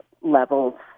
levels